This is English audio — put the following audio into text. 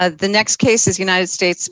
at the next cases united states